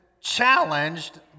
challenged